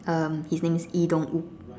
um his name is Lee-Dong-wook